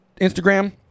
Instagram